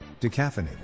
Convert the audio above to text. Decaffeinated